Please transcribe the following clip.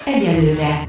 Egyelőre